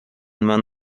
منو